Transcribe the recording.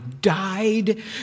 died